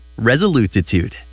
resolutitude